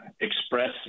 express